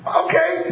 okay